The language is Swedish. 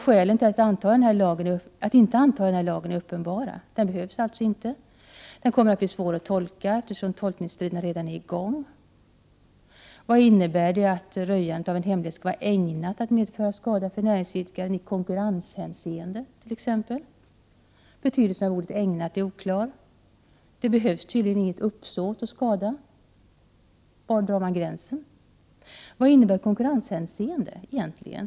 Skälen till att inte anta den här lagen är uppenbara: — den behövs egentligen inte, —- den kommer att bli svår att tolka, eftersom tolkningsstriderna redan är i gång. Vad innebär t.ex. att röjandet av en hemlighet skall vara ägnat att medföra skada för näringsidkaren i konkurrenshänseende? Betydelsen av ordet ägnat är oklar. Det behövs tydligen inget uppsåt att skada. Var drar man gränsen? Vad innebär konkurrenshänseende egentligen?